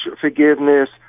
forgiveness